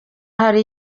ari